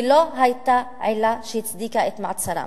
כי לא היתה עילה שהצדיקה את מעצרם.